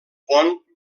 pont